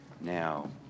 now